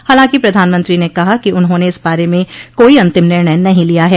हालांकि प्रधानमंत्री ने कहा कि उन्होंने इस बारे में कोई अंतिम निर्णय नहीं लिया है